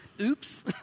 Oops